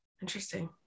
Interesting